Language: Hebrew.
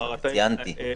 ציינתי.